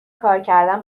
کارکردن